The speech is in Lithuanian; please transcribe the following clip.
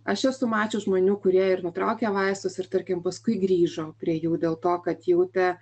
aš esu mačius žmonių kurie ir nutraukė vaistus ir tarkim paskui grįžo prie jų dėl to kad jautė